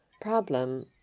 problem